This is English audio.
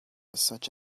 such